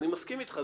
אני מסכים אתך,